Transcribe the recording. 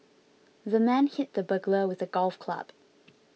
the man hit the burglar with a golf club